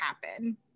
happen